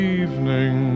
evening